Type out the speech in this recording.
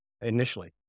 initially